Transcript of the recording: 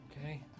Okay